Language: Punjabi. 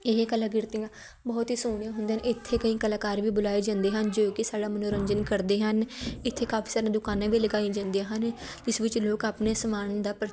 ਇਹ ਕਲਾ ਕਿਰਤੀਆਂ ਬਹੁਤ ਹੀ ਸੋਹਣੀਆਂ ਹੁੰਦੀਆ ਹਨ ਇੱਥੇ ਕਈ ਕਲਾਕਾਰ ਵੀ ਬੁਲਾਏ ਜਾਂਦੇ ਹਨ ਜੋ ਕਿ ਸਾਡਾ ਮੰਨੋਰੰਜਨ ਕਰਦੇ ਹਨ ਇੱਥੇ ਕਾਫੀ ਸਾਰੀਆਂ ਦੁਕਾਨਾਂ ਵੀ ਲਗਾਈ ਜਾਂਦੀਆਂ ਹਨ ਜਿਸ ਵਿੱਚ ਲੋਕ ਆਪਣੇ ਸਮਾਨ ਦਾ